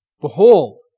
Behold